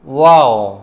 wow